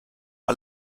die